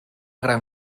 gran